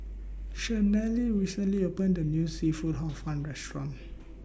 Chanelle recently opened A New Seafood Hor Fun Restaurant